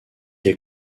est